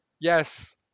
yes